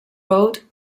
rode